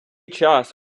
час